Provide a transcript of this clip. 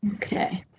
okay.